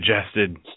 suggested